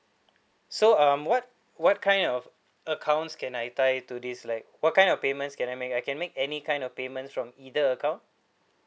so um what what kind of accounts can I tie to this like what kind of payments can I make I can make any kind of payments from either account